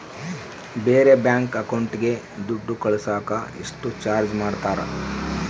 ಬೇರೆ ಬ್ಯಾಂಕ್ ಅಕೌಂಟಿಗೆ ದುಡ್ಡು ಕಳಸಾಕ ಎಷ್ಟು ಚಾರ್ಜ್ ಮಾಡತಾರ?